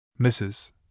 Mrs